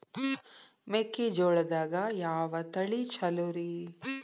ಮೆಕ್ಕಿಜೋಳದಾಗ ಯಾವ ತಳಿ ಛಲೋರಿ?